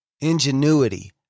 ingenuity